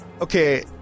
okay